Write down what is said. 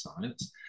science